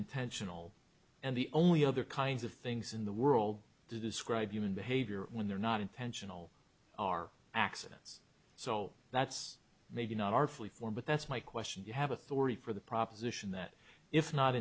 intentional and the only other kinds of things in the world to describe human behavior when they're not intentional are accidents so that's maybe not artfully form but that's my question you have authority for the proposition that if not